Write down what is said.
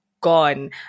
gone